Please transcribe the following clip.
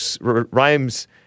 Rhymes